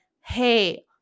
hey